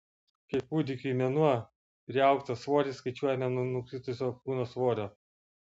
kai kūdikiui mėnuo priaugtą svorį skaičiuojame nuo nukritusio kūno svorio